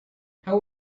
how